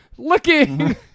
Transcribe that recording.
Looking